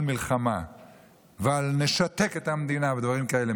מלחמה ועל "נשתק את המדינה" ועל דברים כאלה,